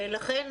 ולכן